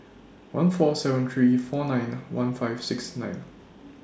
one four seven three four nine one five six nine